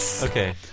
Okay